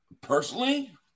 Personally